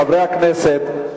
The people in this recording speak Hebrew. חברי הכנסת.